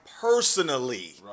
personally